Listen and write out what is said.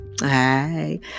hey